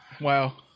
Wow